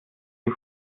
die